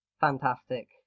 fantastic